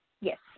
Yes